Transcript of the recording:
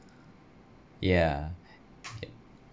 yeah